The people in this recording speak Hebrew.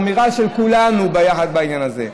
האמירה שכולנו ביחד בעניין הזה,